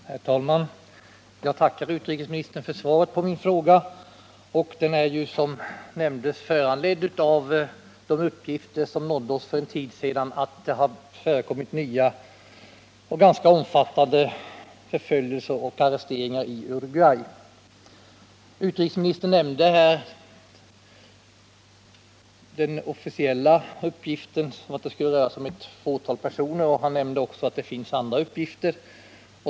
Herr talman! Jag tackar utrikesministern för svaret på min fråga. Den är alltså föranledd av de uppgifter som nådde oss för en tid sedan om att det har förekommit nya och ganska omfattande förföljelser och arresteringar i Uruguay. Utrikesministern nämnde här den officiella uppgiften att det skulle röra sig om ett fåtal personer, och han sade också att det finns andra uppgifter.